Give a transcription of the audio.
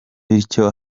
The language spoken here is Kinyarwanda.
bityo